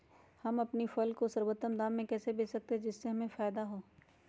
हम अपनी फसल को सर्वोत्तम दाम में कैसे बेच सकते हैं जिससे हमें फायदा हो?